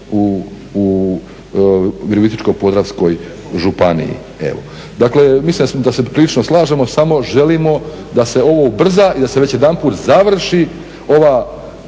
u Virovitičko-podravskoj županiji. Dakle, mislim da se prilično slažemo samo želimo da se ovo ubrza i da se već jedanput završi ova